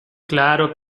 claro